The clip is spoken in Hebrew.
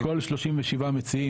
כל 37 המציעים,